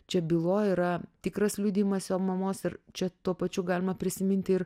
čia byloj yra tikras liudijimas jo mamos ir čia tuo pačiu galima prisiminti ir